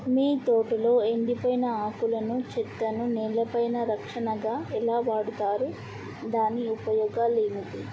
మీ తోటలో ఎండిపోయిన ఆకులను చెట్లను నేలపైన రక్షణగా ఎలా వాడుతారు దాని ఉపయోగాలేమిటి